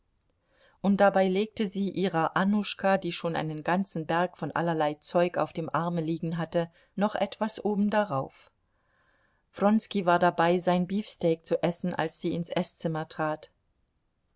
und dabei legte sie ihrer annuschka die schon einen ganzen berg von allerlei zeug auf dem arme liegen hatte noch etwas oben darauf wronski war dabei sein beefsteak zu essen als sie ins eßzimmer trat